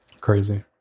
Crazy